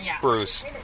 Bruce